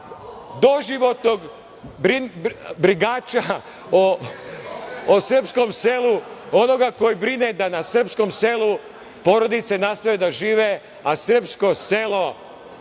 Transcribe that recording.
doživotnog brigača o srpskom selu, onoga koji brine da na srpskom selu porodice nastave da žive, a srpsko selo